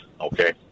okay